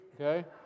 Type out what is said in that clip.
okay